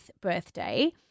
birthday